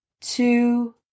two